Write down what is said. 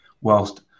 whilst